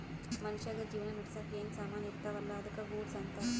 ಮನ್ಶ್ಯಾಗ್ ಜೀವನ ನಡ್ಸಾಕ್ ಏನ್ ಸಾಮಾನ್ ಇರ್ತಾವ ಅಲ್ಲಾ ಅದ್ದುಕ ಗೂಡ್ಸ್ ಅಂತಾರ್